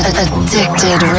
Addicted